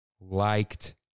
liked